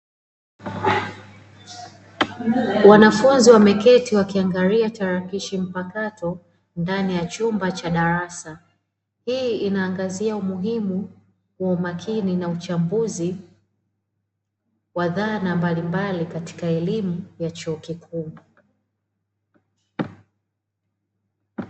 Wanafunzi wameketi wakiangalia tarakilishi mpakato ndani ya chumba cha darasa. Hii inaangazia umuhimu wa umakini na uchambuzi wa zana mbalimbali katika elimu ya chuo kikuu.